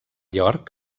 york